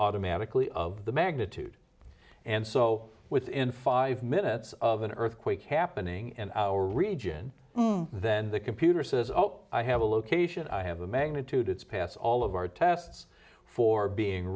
automatically of the magnitude and so within five minutes of an earthquake happening and our region then the computer says ok i have a location i have a magnitude it's pass all of our tests for being